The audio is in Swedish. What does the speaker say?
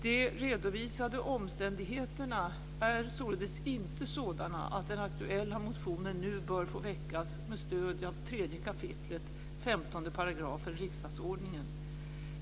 De redovisade omständigheterna är således inte sådana att den aktuella motionen nu bör få väckas med stöd av 3 kap. 15 § riksdagsordningen.